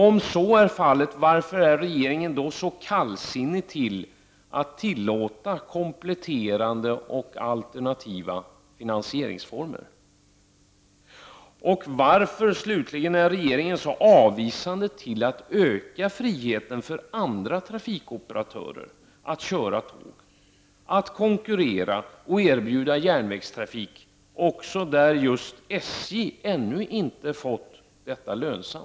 Om så är fallet, varför är regeringen då så kallsinnig till att tillåta kompletterande och alternativa finansieringsformer? Varför är regeringen så avvisande till att öka friheten för andra trafikoperatörer att köra tåg, att konkurrera och att erbjuda järnvägstrafik också där SJ ännu inte fått trafiken lönsam?